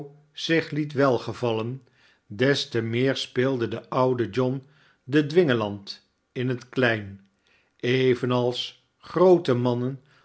zich liet welgevallen des te meer speelde de oude john den dwingeland in het klein evenals groote mannen